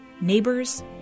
neighbors